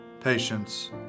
patience